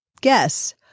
guess